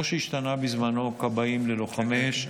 כמו שהשתנה בזמנו "כבאים" ל"לוחמי אש".